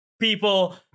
people